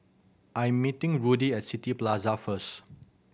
I'm meeting Rudy at City Plaza first